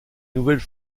nouvelles